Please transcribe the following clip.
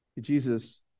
Jesus